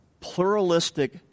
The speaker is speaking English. pluralistic